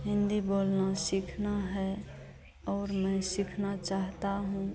हिन्दी बोलना सीखना है और मैं सीखना चाहती हूँ